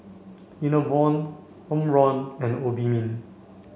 Enervon Omron and Obimin